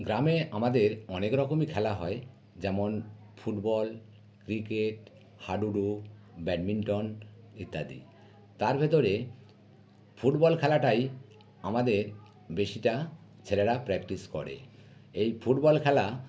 গ্রামে আমাদের অনেক রকমই খেলা হয় যেমন ফুটবল ক্রিকেট হাডুডু ব্যাডমিন্টন ইত্যাদি তার ভেতরে ফুটবল খেলাটাই আমাদের বেশিটা ছেলেরা প্র্যাক্টিস করে এই ফুটবল খেলা